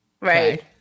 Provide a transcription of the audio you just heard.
Right